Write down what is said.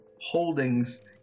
holdings